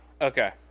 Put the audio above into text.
Okay